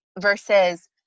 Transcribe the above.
versus